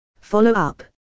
Follow-up